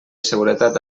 seguretat